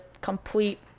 complete